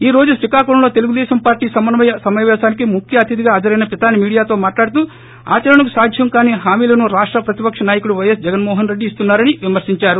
ఈ రోజు శ్రీకాకుళంలో తెలుగుదేశం పార్టీ సమన్వయ సమాపేశానికి ముఖ్య అతిధిగా హాజరైన పితాని మీడియాతో మాట్లాడుతూ ఆచరణకు సాధ్యం కాని హామీలను రాష్ట ప్రతిపక్ష నాయకుడు వైస్ జగన్మోహన్రెడ్డి ఇస్తున్నా రని విమర్పించారు